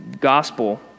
Gospel